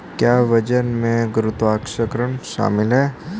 क्या वजन में गुरुत्वाकर्षण शामिल है?